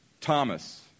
Thomas